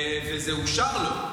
וזה אושר לו.